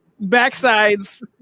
backsides